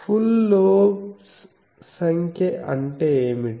full lobes సంఖ్య అంటే ఏమిటీ